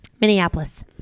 Minneapolis